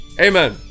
Amen